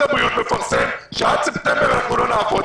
הבריאות מפרסם שעד ספטמבר אנחנו לא נעבוד.